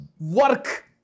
work